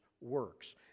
works